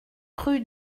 rue